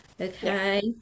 okay